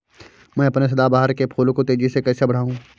मैं अपने सदाबहार के फूल को तेजी से कैसे बढाऊं?